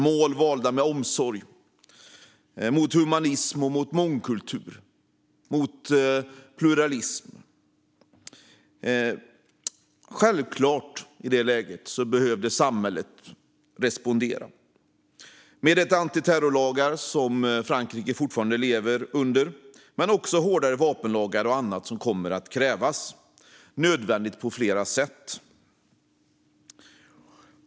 Målen hade valts med omsorg. Det var en attack mot humanism, mångkultur och pluralism. Självklart behövde samhället i det läget respondera med de antiterrorlagar som Frankrike fortfarande lever under men också med hårdare vapenlagar. Det finns annat som kommer att krävas och som är nödvändigt på flera sätt.